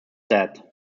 dead